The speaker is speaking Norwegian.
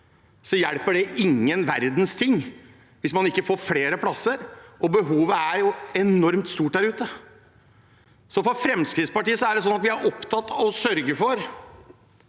hjelper det ingen verdens ting hvis man ikke får flere plasser. Behovet er jo enormt stort der ute. For Fremskrittspartiets del er vi opptatt av å sørge for